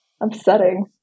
upsetting